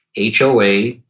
HOA